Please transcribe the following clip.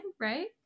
right